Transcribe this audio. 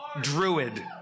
druid